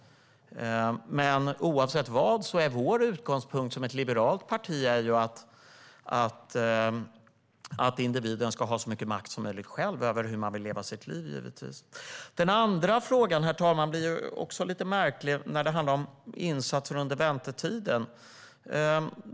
Oavsett vad är vår utgångspunkt som ett liberalt parti att individen själv ska ha så mycket makt som möjligt över hur den ska leva sitt liv. Herr talman! Den andra frågan blir lite märklig. Det handlar om insatser under väntetiden.